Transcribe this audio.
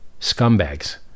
Scumbags